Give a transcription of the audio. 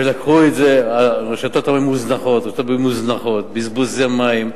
ולקחו את זה, רשתות הביוב מוזנחות, בזבוזי מים,